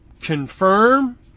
confirm